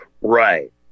Right